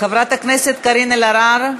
חברת הכנסת קארין אלהרר,